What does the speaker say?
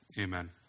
Amen